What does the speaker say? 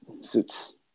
suits